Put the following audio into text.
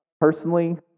personally